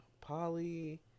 Polly